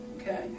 Okay